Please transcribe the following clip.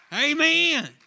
Amen